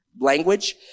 language